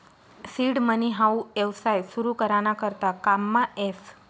seed money हाऊ येवसाय सुरु करा ना करता काममा येस